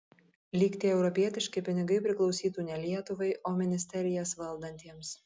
lyg tie europietiški pinigai priklausytų ne lietuvai o ministerijas valdantiems